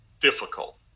difficult